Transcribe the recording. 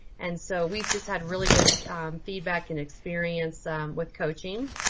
and so we've just had really good feedback and experience with coaching.